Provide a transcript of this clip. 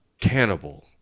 Cannibal